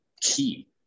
key